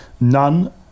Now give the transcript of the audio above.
none